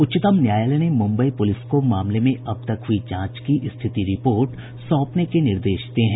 उच्चतम न्यायालय ने मुंबई पुलिस को मामले में अब तक हुई जांच की स्थिति रिपोर्ट सौंपने के निर्देश दिये हैं